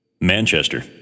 Manchester